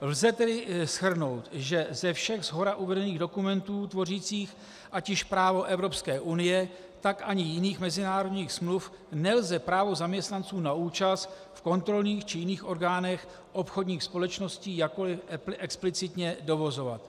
Lze tedy shrnout, že ze všech shora uvedených dokumentů tvořících ať již právo Evropské unie, tak ani jiných mezinárodních smluv nelze právo zaměstnanců na účast v kontrolních či jiných orgánech obchodních společností jakkoliv explicitně dovozovat.